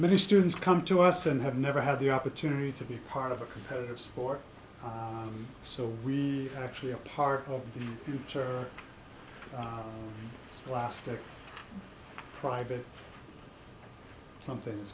many students come to us and have never had the opportunity to be part of a competitive sport so we actually are part of the future of the last private something